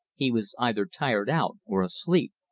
he was either tired out or asleep.